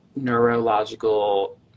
neurological